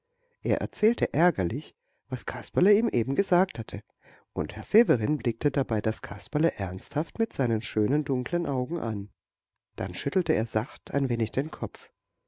er erzählte ärgerlich was kasperle ihm eben gesagt hatte und herr severin blickte dabei das kasperle ernsthaft mit seinen schönen dunklen augen an dann schüttelte er sacht ein wenig den kopf